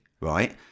right